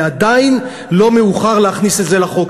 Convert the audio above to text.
ועדיין לא מאוחר להכניס את זה לחוק.